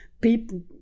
People